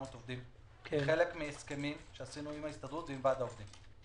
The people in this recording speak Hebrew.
עובדים כחלק מהסכמים עם ההסתדרות ועם ועד העובדים.